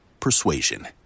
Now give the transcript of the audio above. Persuasion